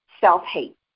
self-hate